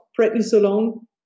prednisolone